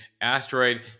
asteroid